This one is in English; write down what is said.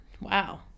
wow